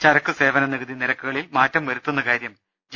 ചരക്ക് സേവന നികുതി നിരക്കുകളിൽ മാറ്റംവരുത്തുന്നകാര്യം ജി